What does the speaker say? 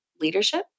leadership